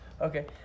Okay